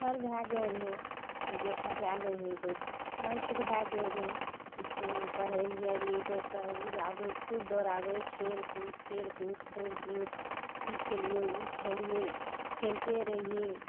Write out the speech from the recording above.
ठाढ़ भए जाइ रहय जे फसा लै रहय तऽ ओ फस्ट भए जाइ रहय इसकुलमे पढ़य लए जाइ रहियइ तऽ दौड़ाबय खूब दौड़ाबय खेलकूद खेल कूद खेलकूद ई खेलियइ उ खेलियइ खेलते रहियइ